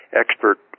expert